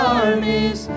armies